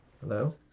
hello